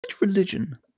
religion